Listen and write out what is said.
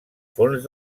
fons